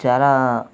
చాలా